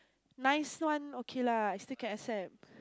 nice one okay lah still can accept